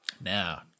Now